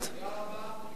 תודה רבה.